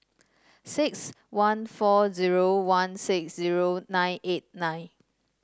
six one four zero one six zero nine eight nine